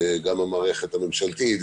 גם המערכת הממשלתית,